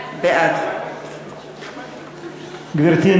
בעד גברתי,